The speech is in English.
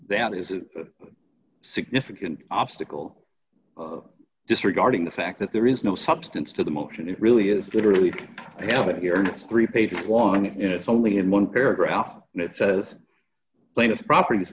that is a significant obstacle disregarding the fact that there is no substance to the motion it really is literally i have it here and it's three pages long and it's only in one paragraph that says plaintiff properties